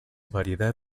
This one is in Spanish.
variedad